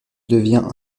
devient